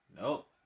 Nope